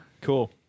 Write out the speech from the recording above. Cool